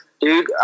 dude